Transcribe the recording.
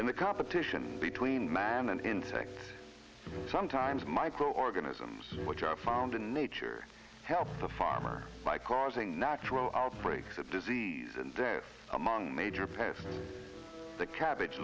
in the competition between man and insects sometimes microorganisms which are found in nature helps the farmer by causing natural outbreaks of disease and death among major past the cabbage